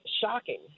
shocking